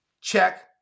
Check